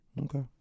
Okay